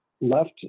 left